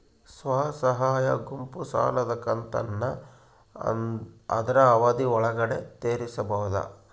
ಸ್ವಸಹಾಯ ಗುಂಪು ಸಾಲದ ಕಂತನ್ನ ಆದ್ರ ಅವಧಿ ಒಳ್ಗಡೆ ತೇರಿಸಬೋದ?